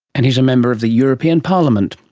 and he is a member of the european parliament,